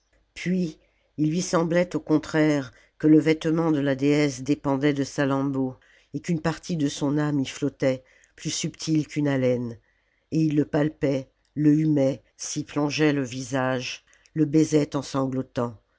puis il lui semblait au contraire que le vêtement de la déesse dépendait de salammbô et qu'une partie de son âme y flottait plus subtile qu'une haleine et il le palpait le humait s'y plongeait le visage le baisait en sanglotant